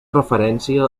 referència